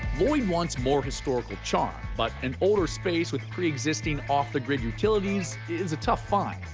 lloyd wants more historical charm, but an older space with preexisting off-the-grid utilities is a tough find,